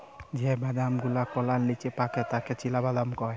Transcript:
যে বাদাম গুলাওকলার নিচে পাকে তাকে চীনাবাদাম কয়